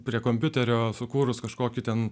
prie kompiuterio sukūrus kažkokį ten